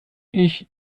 ich